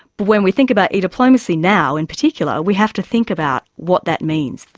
but when we think about e-diplomacy now in particular we have to think about what that means,